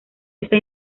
está